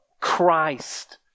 Christ